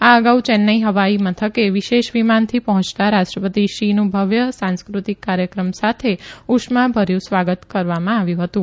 આ અગાઉ ચેન્નાઇ હવાઇ મથકે વિશેષ વિમાનથી પહોચતા રાષ્ટ્રપતિ શી નું ભવ્ય સાંસ્ક્રતિક કાર્યક્રમ સાથે ઉષ્માભર્યુ સ્વાગત કરાવ્યું હતું